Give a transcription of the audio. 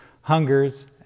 hungers